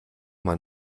man